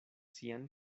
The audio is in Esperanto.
sian